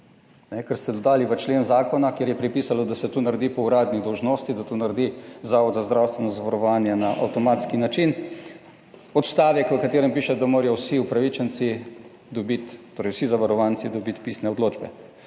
ker ste dodali v člen zakona, kjer je pisalo, da se to naredi po uradni dolžnosti, da to naredi Zavod za zdravstveno zavarovanje, na avtomatski način, odstavek v katerem piše, da morajo vsi upravičenci dobiti, torej vsi zavarovanci dobiti pisne odločbe.